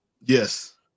Yes